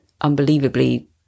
unbelievably